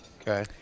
Okay